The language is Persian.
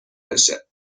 بشه